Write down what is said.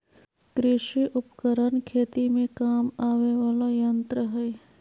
कृषि उपकरण खेती में काम आवय वला यंत्र हई